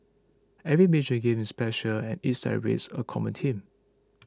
every major games is special and each celebrates a common team